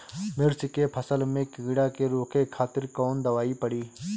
मिर्च के फसल में कीड़ा के रोके खातिर कौन दवाई पड़ी?